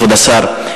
כבוד השר,